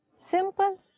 Simple